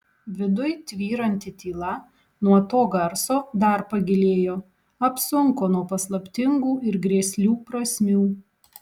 viduj tvyranti tyla nuo to garso dar pagilėjo apsunko nuo paslaptingų ir grėslių prasmių